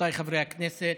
רבותיי חברי הכנסת,